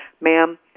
ma'am